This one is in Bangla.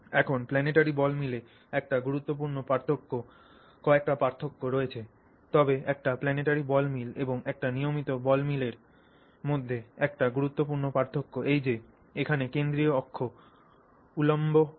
এখন প্লানেটারি বল মিলে একটি গুরুত্বপূর্ণ পার্থক্য কয়েকটি পার্থক্য রয়েছে তবে একটি প্লানেটারি বল মিল এবং একটি নিয়মিত বল মিলের মধ্যে একটি গুরুত্বপূর্ণ পার্থক্য এই যে এখানে কেন্দ্রীয় অক্ষটি উল্লম্ব হয়